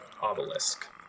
obelisk